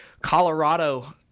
Colorado